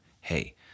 Hey